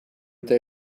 day